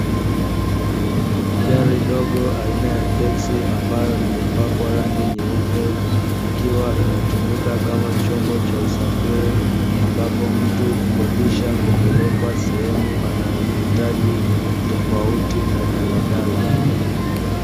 Gari dogo aina ya teksi ambayo imepakwa rangi nyeupe ikiwa inatumika kama chombo cha usafiri ambapo mtu hukodisha kupelekwa sehemu anayohitaji tofauti na daladala.